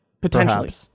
Potentially